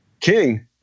King